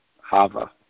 Hava